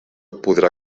podrà